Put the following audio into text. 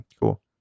Cool